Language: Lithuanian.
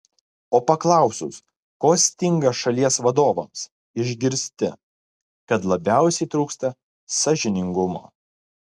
o paklausus ko stinga šalies vadovams išgirsti kad labiausiai trūksta sąžiningumo